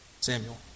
Samuel